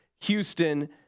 Houston